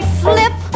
flip